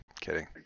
kidding